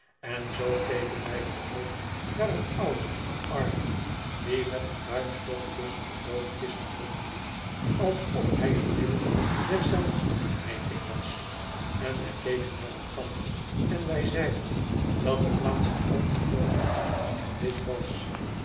en zoo keken wij dan ook naar een ouden arme die met een duimstok tusschen de doodkisten rondliep alsof hij t beeld der zelf meting was en wij keken naar elkander en wij zeiden dat de plaats in elk geval goed gewit was